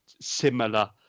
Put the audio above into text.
similar